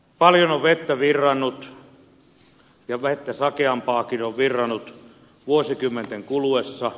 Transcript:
paljon on vettä virrannut ja vettä sakeampaakin on virrannut vuosikymmenten kuluessa